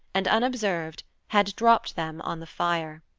and, unobserved, had dropped them on the fire.